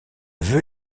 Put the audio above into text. vœu